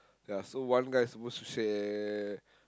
ya so one guy is supposed to share